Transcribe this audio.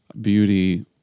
beauty